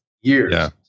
years